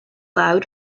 loud